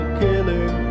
killing